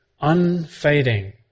Unfading